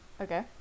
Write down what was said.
Okay